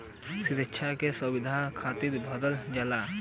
सिक्षा के सुविधा खातिर भरल जाला